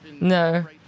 No